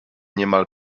niemal